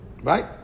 Right